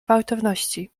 gwałtowności